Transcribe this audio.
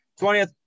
20th